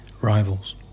rivals